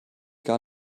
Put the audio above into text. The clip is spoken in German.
gar